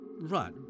Right